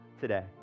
today